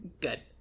good